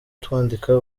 twandika